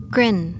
Grin